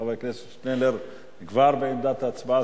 וחבר הכנסת שנלר כבר בעמדת ההצבעה,